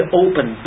open